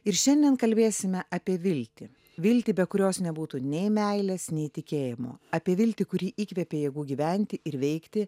ir šiandien kalbėsime apie viltį viltį be kurios nebūtų nei meilės nei tikėjimo apie viltį kuri įkvėpė jėgų gyventi ir veikti